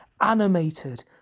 animated